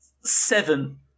seven